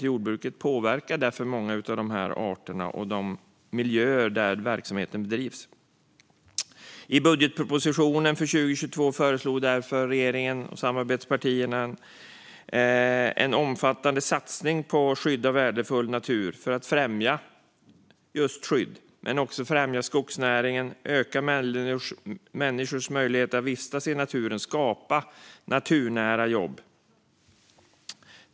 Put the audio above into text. Jordbruket påverkar många av dessa arter och de miljöer där verksamheten bedrivs. I budgetpropositionen för 2022 föreslog regeringen och samarbetspartierna en omfattande satsning på skydd av värdefull natur för att också främja skogsnäringen, öka människors möjligheter att vistas i naturen och skapa naturnära jobb.